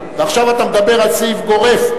ועכשיו אתה מדבר על סעיף גורף,